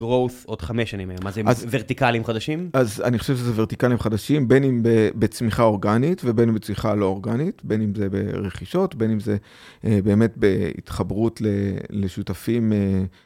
גרוס עוד חמש שנים, אז הם ורטיקלים חדשים? אז אני חושב שזה ורטיקלים חדשים, בין אם בצמיחה אורגנית ובין אם בצמיחה לא אורגנית, בין אם זה ברכישות, בין אם זה באמת בהתחברות לשותפים.